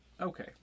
Okay